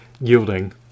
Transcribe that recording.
yielding